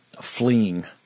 fleeing